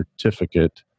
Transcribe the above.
certificate